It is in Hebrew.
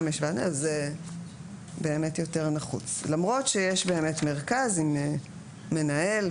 זה באמת יותר נחוץ למרות שיש באמת מרכז עם מנהל,